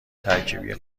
ترکیبی